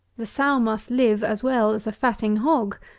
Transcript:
the sow must live as well as a fatting hog,